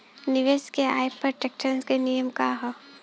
निवेश के आय पर टेक्सेशन के नियम का ह?